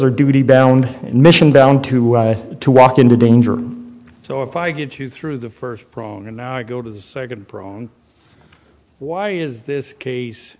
are duty bound and mission down to to walk into danger so if i get you through the first prong and now i go to the second prong why is this case